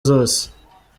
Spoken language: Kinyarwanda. zose